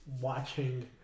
watching